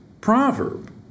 proverb